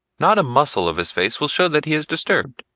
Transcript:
not a muscle of his face will show that he is disturbed.